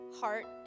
heart